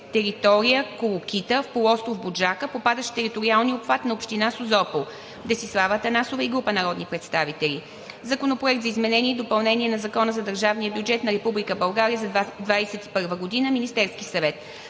територия „Колокита“, полуостров „Буджака“, попадащ в териториалния обхват на община Созопол. Вносители – Десислава Атанасова и група народни представители. Законопроект за изменение и допълнение на Закона за държавния бюджет на Република България за 2021 г. Вносител – Министерският съвет.